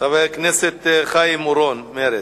חבר הכנסת חיים אורון, מרצ.